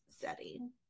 setting